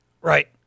Right